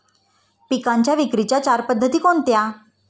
पिकांच्या विक्रीच्या चार पद्धती कोणत्या?